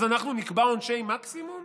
אז אנחנו נקבע עונשי מקסימום?